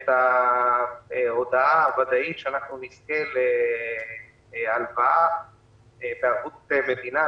את ההודעה הוודאית שאנחנו נזכה להלוואה בערבות מדינה.